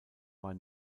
war